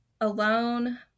alone